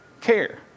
care